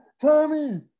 Tommy